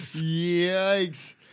Yikes